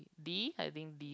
D I think D